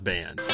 Band